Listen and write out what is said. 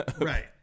right